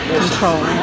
control